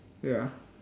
ya